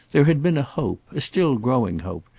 there had been a hope, a still growing hope,